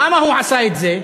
למה הוא עשה את זה?